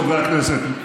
חברי הכנסת,